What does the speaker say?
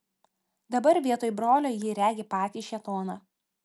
dabar vietoj brolio ji regi patį šėtoną